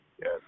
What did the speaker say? Yes